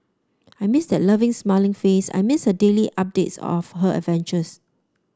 I miss that loving smiling face I miss her daily updates of her adventures